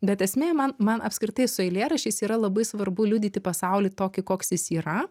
bet esmė man man apskritai su eilėraščiais yra labai svarbu liudyti pasaulį tokį koks jis yra